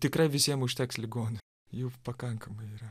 tikrai visiem užteks ligonių jų pakankamai yra